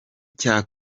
cya